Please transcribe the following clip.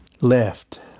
left